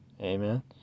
Amen